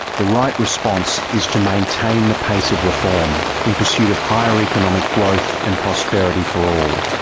the right response is to maintain the pace of reform, in pursuit of higher economic growth and prosperity for all.